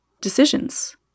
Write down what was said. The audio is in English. decisions